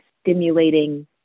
stimulating